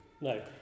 No